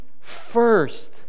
first